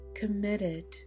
committed